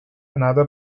another